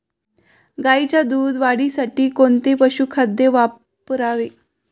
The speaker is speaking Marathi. गाईच्या दूध वाढीसाठी कोणते पशुखाद्य वापरावे?